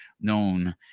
known